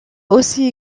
aussi